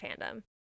fandom